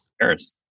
Paris